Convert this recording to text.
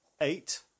eight